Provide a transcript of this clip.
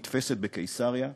נתפסת בקיסריה,